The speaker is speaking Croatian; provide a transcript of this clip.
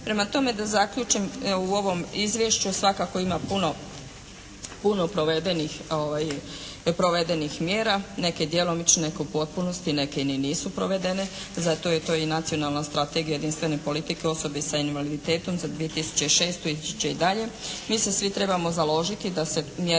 Prema tome da zaključim u ovom izvješću svakako ima puno, puno provedenih mjera. Neke djelomično, neke u potpunosti, neke ni nisu provedene. Zato je to i Nacionalna strategija jedinstvene politike osobe s invaliditetom za 2006. ići će i dalje.